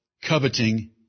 coveting